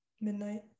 midnight